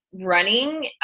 running